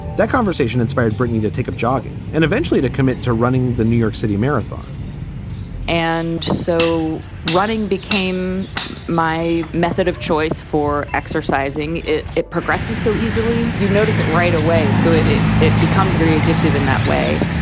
that conversation inspired britney to take up jogging and eventually to commit to running the new york city marathon and so running became my method of choice for exercising. it it progresses so easily. you notice it right away. so it it becomes very addictive in that way.